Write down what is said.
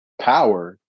Power